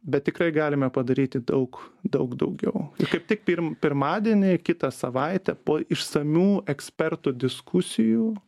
bet tikrai galime padaryti daug daug daugiau ir kaip tik pirm pirmadienį kitą savaitę po išsamių ekspertų diskusijų